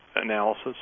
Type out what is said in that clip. Analysis